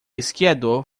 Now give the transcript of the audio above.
esquiador